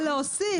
זה להוסיף.